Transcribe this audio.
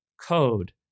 code